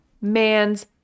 man's